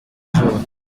izuba